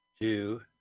Two